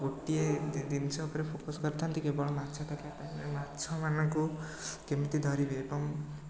ଗୋଟିଏ ଜିନିଷ ଉପରେ ଫୋକସ୍ କରିଥାନ୍ତି କେବଳ ମାଛ ଧରିବା ଟାଇମ୍ରେ ମାଛମାନଙ୍କୁ କେମିତି ଧରିବେ ଏବଂ